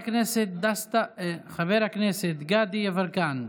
חבר הכנסת גדי יברקן,